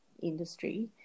industry